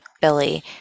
Billy